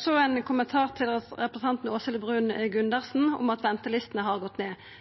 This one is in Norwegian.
Så ein kommentar til representanten Åshild Bruun-Gundersen om at ventelistene har gått ned.